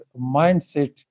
mindset